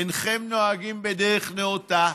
אינכם נוהגים בדרך נאותה.